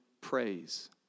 praise